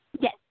Yes